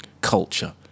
culture